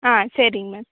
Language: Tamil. ஆ சரிங்க மேம்